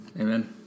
Amen